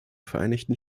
vereinigten